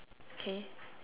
okay